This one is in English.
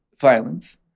violence